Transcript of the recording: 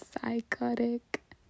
psychotic